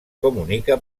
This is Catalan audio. comunica